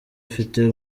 afite